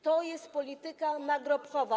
To jest polityka nagrobkowa.